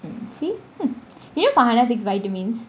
mm see hmm you know farhanah takes vitamins